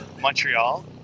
Montreal